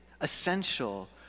essential